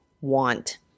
want